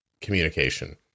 communication